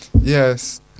Yes